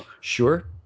sure